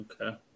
Okay